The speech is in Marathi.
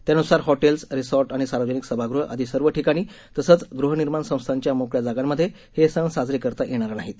त्यानुसार हॉटेल्स रिसॉर्ट आणि सार्वजनिक सभागृह आदी सर्व ठिकाणी तसंच गृहनिर्माण संस्थांच्या मोकळ्या जागांमधे हे सण साजरे करता येणार नाहीत